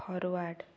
forward